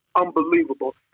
unbelievable